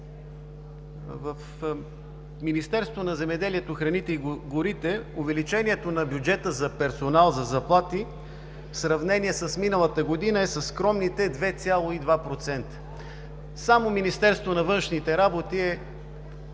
В Министерство на земеделието, храните и горите увеличението на бюджета за персонал за заплати в сравнение с миналата година е със скромните 2,2%. Само Министерство на външните работи е